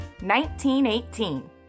1918